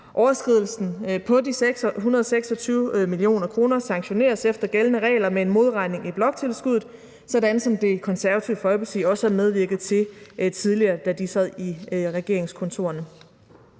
Overskridelsen på de 126 mio. kr. sanktioneres efter gældende regler med en modregning i bloktilskuddet, hvilket Det Konservative Folkeparti også har medvirket til tidligere, da de sad i regeringskontorerne.